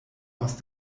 aus